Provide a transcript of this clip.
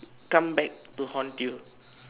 come back to haunt you